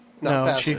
No